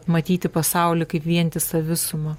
matyti pasaulį kaip vientisą visumą